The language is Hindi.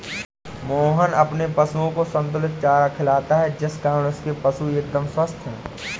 मोहन अपने पशुओं को संतुलित चारा खिलाता है जिस कारण उसके पशु एकदम स्वस्थ हैं